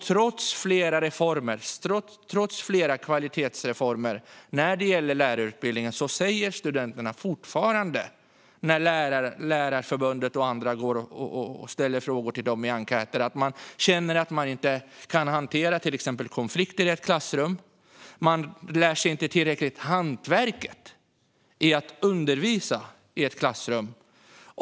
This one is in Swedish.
Trots flera kvalitetsreformer för lärarutbildningen säger studenterna fortfarande i enkäter från bland annat Lärarförbundet att de känner att de inte kan hantera konflikter i ett klassrum eller att de inte lär sig tillräckligt mycket om hantverket i att undervisa i ett klassrum.